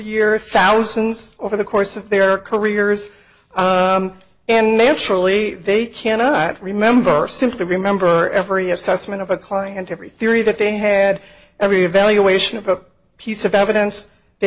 thousands over the course of their careers and they actually they cannot remember simply remember every assessment of a client every theory that they had every evaluation of a piece of evidence they